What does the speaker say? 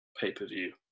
pay-per-view